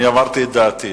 אני אמרתי את דעתי.